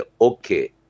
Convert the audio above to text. Okay